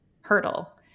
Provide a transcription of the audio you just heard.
hurdle